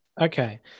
Okay